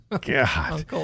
God